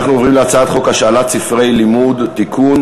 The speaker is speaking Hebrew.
אנחנו עוברים להצעת חוק השאלת ספרי לימוד (תיקון,